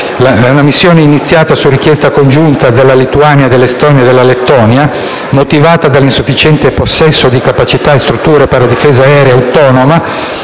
La missione, iniziata su richiesta congiunta della Lituania, dell'Estonia e della Lettonia, motivata dall'insufficiente possesso di capacità e strutture per la difesa aerea autonoma,